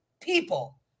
people